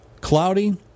Cloudy